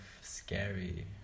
scary